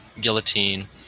guillotine